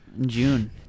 june